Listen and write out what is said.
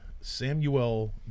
Samuel